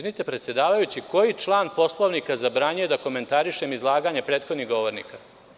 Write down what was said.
Izvinite, predsedavajući, koji član Poslovnika zabranjuje da komentarišem izlaganje prethodnih govornika?